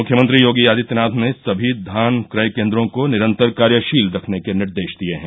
मुख्यमंत्री योगी आदित्यनाथ ने सभी धान क्रय केन्दों को निरन्तर कार्यशील रखने के निर्देश दिये हैं